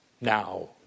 now